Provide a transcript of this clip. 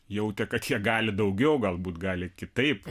jautė kad jie gali daugiau galbūt gali kitaip